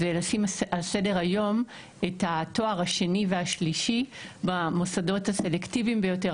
זה לשים על סדר היום את התואר השני והשלישי במוסדות הסלקטיביים ביותר,